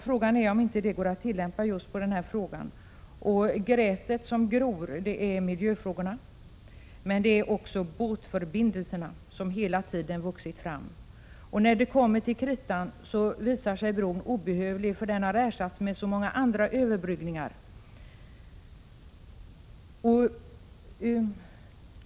Frågan är om inte det talesättet går att tillämpa just på den här frågan. Gräset som gror är miljöfrågorna, men också båtförbindelserna som hela tiden vuxit fram. När det kommer till kritan visar sig bron obehövlig, för den har ersatts med så många andra överbryggningar.